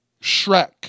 Shrek